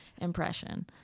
impression